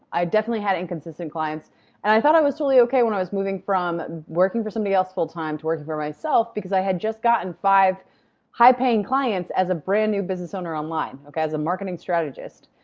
i definitely had inconsistent clients and i thought i was totally okay when i was moving from working for somebody else full time to working for myself, because i had just gotten five high-paying clients as a brand new business owner online as a marketing strategist.